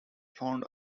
found